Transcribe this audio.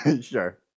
Sure